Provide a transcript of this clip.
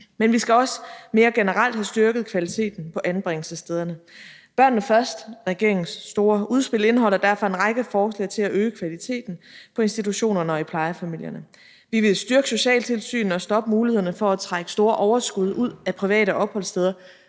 Men vi skal også mere generelt have styrket kvaliteten på anbringelsesstederne. »Børnene først«, regeringens store udspil, indeholder derfor en række forslag til at øge kvaliteten på institutionerne og i plejefamilierne. Vi vil styrke socialtilsynet og stoppe mulighederne for at trække store overskud ud af private opholdssteder,